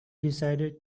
decided